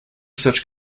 such